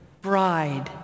bride